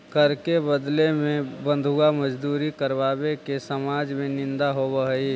कर के बदले में बंधुआ मजदूरी करावे के समाज में निंदा होवऽ हई